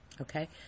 okay